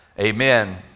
amen